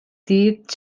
دید